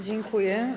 Dziękuję.